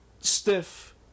Stiff